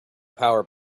power